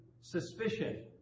suspicion